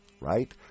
Right